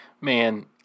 Man